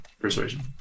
Persuasion